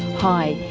hi,